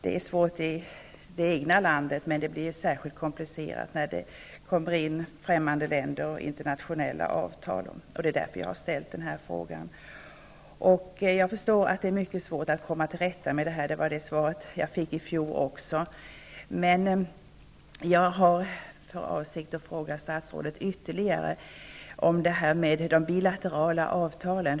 Det är svårt i det egna landet, men det är särskilt komplicerat när det gäller främmande länder och internationella avtal. Det är därför som jag har ställt denna fråga. Jag förstår att det är mycket svårt att komma till rätta med detta. Det svaret fick jag även i fjol. Men jag har för avsikt att fråga statsrådet ytterligare om de bilaterala avtalen.